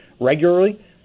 regularly